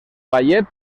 ballet